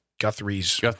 Guthrie's